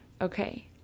Okay